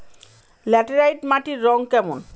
Laterite মাটির রং কেমন?